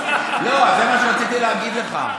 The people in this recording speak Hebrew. לא, זה מה שרציתי להגיד לך.